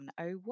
101